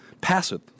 passive